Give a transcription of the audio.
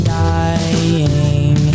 dying